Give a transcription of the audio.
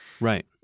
right